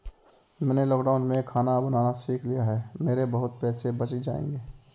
मैंने लॉकडाउन में खाना बनाना सीख लिया है, मेरे बहुत पैसे बच जाएंगे